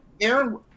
Aaron